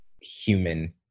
human